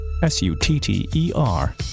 S-U-T-T-E-R